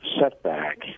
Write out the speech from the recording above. setback